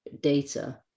data